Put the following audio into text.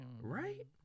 Right